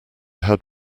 had